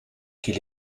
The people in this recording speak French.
qu’il